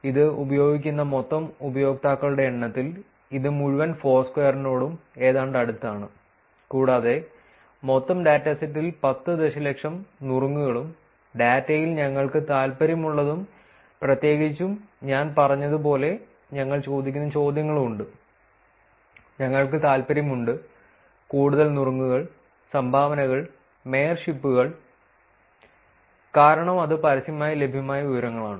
ഇത് ഉപയോഗിക്കുന്ന മൊത്തം ഉപയോക്താക്കളുടെ എണ്ണത്തിൽ ഇത് മുഴുവൻ ഫോർസ്ക്വയറിനോടും ഏതാണ്ട് അടുത്താണ് കൂടാതെ മൊത്തം ഡാറ്റാസെറ്റിൽ 10 ദശലക്ഷം നുറുങ്ങുകളും ഡാറ്റയിൽ ഞങ്ങൾക്ക് താൽപ്പര്യമുള്ളതും പ്രത്യേകിച്ചും ഞാൻ പറഞ്ഞതുപോലെ ഞങ്ങൾ ചോദിക്കുന്ന ചോദ്യങ്ങളും ഉണ്ട് ഞങ്ങൾക്ക് താൽപ്പര്യമുണ്ട് കൂടുതലും നുറുങ്ങുകൾ സംഭാവനകൾ മേയർഷിപ്പുകൾ കാരണം അത് പരസ്യമായി ലഭ്യമായ വിവരങ്ങളാണ്